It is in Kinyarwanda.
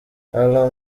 alarm